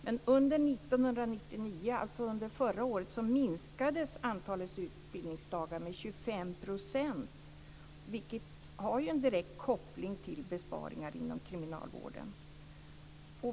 Men under 1999, alltså under förra året, minskades antalet utbildningsdagar med 25 %, vilket har en direkt koppling till besparingar inom kriminalvården.